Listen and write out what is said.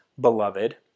beloved